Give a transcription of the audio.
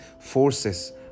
forces